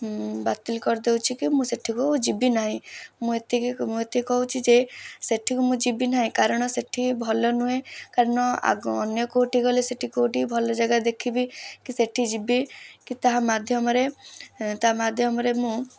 ବାତିଲ୍ କରିଦେଉଛି କି ମୁଁ ସେଇଠିକୁ ଯିବିନାହିଁ ମୁଁ ଏତିକି ମୁଁ ଏତିକି କହୁଛି ଯେ ସେଠିକୁ ମୁଁ ଯିବିନାହିଁ କାରଣ ସେଇଠି ଭଲ ନୁହେଁ କାରଣ ଅନ୍ୟ କେଉଁଠି ଗଲେ ସେଇଠି କେଉଁଠି ଭଲ ଜାଗା ଦେଖିବି କି ସେଇଠି ଯିବି କି ତାହା ମାଧ୍ୟମରେ ତା' ମାଧ୍ୟମରେ ମୁଁ